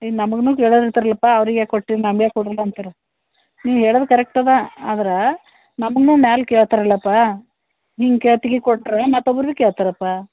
ಈಗ ನಮಗುನು ಕೇಳಾರೆ ಇರ್ತಾರಲ್ಲಪ್ಪ ಆವ್ರ್ಗೆ ಯಾಕೆ ಕೊಟ್ಟರಿ ನಮ್ಗೆ ಯಾಕೆ ಕೊಡಲಿಲ್ಲ ಅಂತಾರೆ ನೀ ಹೇಳಾದು ಕರೆಕ್ಟ್ ಅದೆ ಆದರಾ ನಮುಗ್ನು ಮ್ಯಾಲೆ ಕೇಳ್ತಾರಲ್ಲಪ್ಪಾ ನಿನ್ನ ಕೇಳ್ತಿಗಿ ಕೊಟ್ಟರೆ ಮತ್ತೊಬ್ಬರುನು ಕೇಳ್ತರಪ್ಪಾ